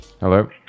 Hello